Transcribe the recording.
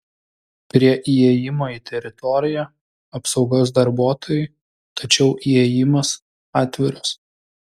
prie įėjimo į teritoriją apsaugos darbuotojai tačiau įėjimas atviras